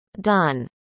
done